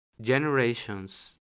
generations